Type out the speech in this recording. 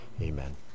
Amen